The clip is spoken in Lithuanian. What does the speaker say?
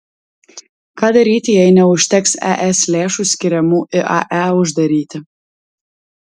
ką daryti jei neužteks es lėšų skiriamų iae uždaryti